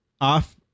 Off